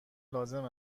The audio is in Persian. لازم